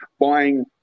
buying